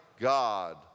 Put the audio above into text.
God